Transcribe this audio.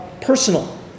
personal